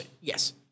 Yes